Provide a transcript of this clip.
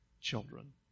children